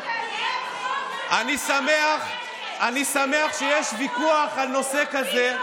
אני שמח שיש ויכוח על נושא כזה,